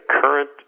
current